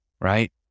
right